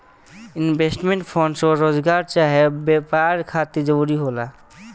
investment fund स्वरोजगार चाहे व्यापार खातिर जरूरी होला